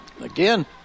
Again